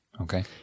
Okay